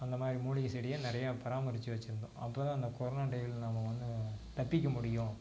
அந்த மாதிரி மூலிகை செடியை நிறையா பராமரித்து வச்சிருந்தோம் அப்போ தான் அந்த கொரோனா டைமில் நாம் வந்து தப்பிக்க முடியும்